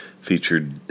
featured